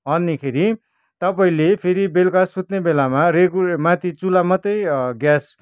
अनिखेरि तपाईँले फेरि बेलुका सुत्ने बेलामा रेगु माथि चुल्हा मात्रै ग्यास